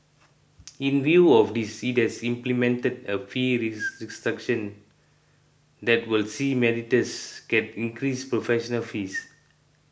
in view of this it has implemented a fee restructuring that will see mediators get increased professional fees